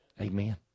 Amen